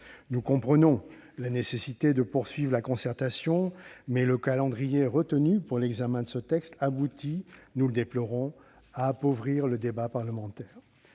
Nous comprenons la nécessité de poursuivre la concertation, mais le calendrier retenu pour l'examen de ce texte aboutit, nous le déplorons, à appauvrir le débat parlementaire.